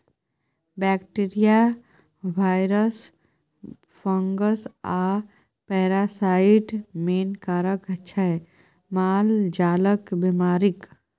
bacteria, virus, fungus आ parasite main कारक छै मालजालक बेमारीक